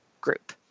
group